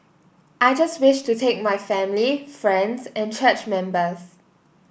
I just wish to thank my family friends and church members